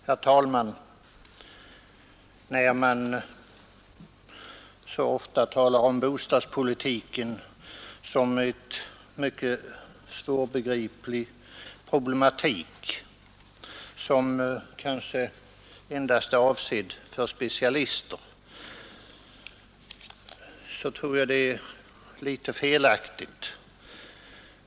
Herr talman! Jag tror att det är litet felaktigt att som så ofta sker tala om bostadspolitiken som en mycket svårbegriplig problematik, avsedd kanske endast för specialister.